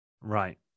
Right